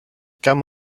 come